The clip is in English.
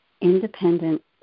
independent